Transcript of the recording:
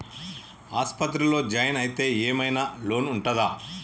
ఆస్పత్రి లో జాయిన్ అయితే ఏం ఐనా లోన్ ఉంటదా?